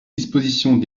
dispositions